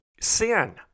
Sin